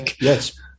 Yes